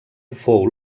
fou